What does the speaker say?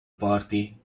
party